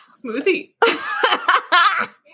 Smoothie